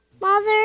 Mother